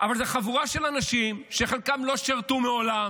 אבל זו חבורה של אנשים שחלקם לא שירתו מעולם,